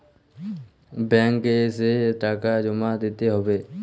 Bank এ এসে টাকা জমা দিতে হবে?